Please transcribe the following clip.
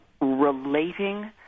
relating